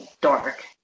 dark